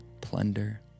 plunder